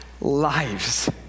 lives